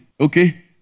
okay